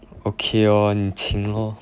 okay lor 你请 lor